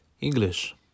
English